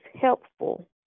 helpful